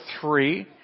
three